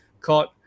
called